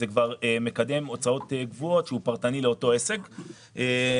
זה כבר מקדם הוצאות קבועות שהוא פרטני לאותו עסק והוא